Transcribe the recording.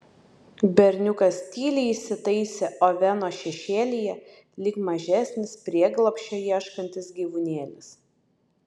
berniukas tyliai įsitaisė oveno šešėlyje lyg mažesnis prieglobsčio ieškantis gyvūnėlis